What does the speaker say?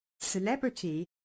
celebrity